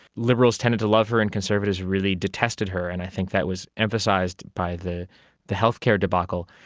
liberals tended to love her and conservatives really detested her, and i think that was emphasised by the the healthcare debacle.